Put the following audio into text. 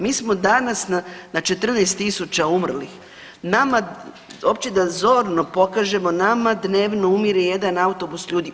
Mi smo danas na 14 tisuća umrlih, nama, uopće da zorno pokažemo, nama dnevno umire jedan autobus ljudi.